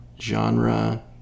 Genre